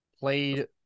Played